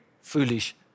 foolish